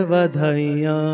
Vadhaya